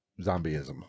zombieism